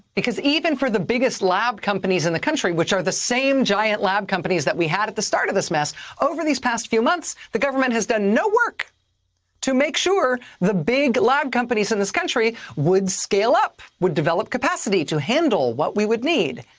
because even for the biggest lab companies in the country, which are the same giant lab companies that we had at the start of this mess, over these past few months, the government has done no work to make sure the big lab companies in this country would scale up, would develop capacity to handle what we would need.